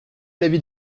l’avis